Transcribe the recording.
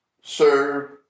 serve